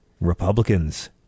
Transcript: Republicans